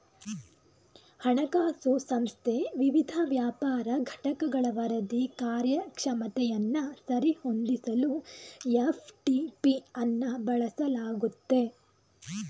ಹಣಕಾಸು ಸಂಸ್ಥೆ ವಿವಿಧ ವ್ಯಾಪಾರ ಘಟಕಗಳ ವರದಿ ಕಾರ್ಯಕ್ಷಮತೆಯನ್ನ ಸರಿ ಹೊಂದಿಸಲು ಎಫ್.ಟಿ.ಪಿ ಅನ್ನ ಬಳಸಲಾಗುತ್ತೆ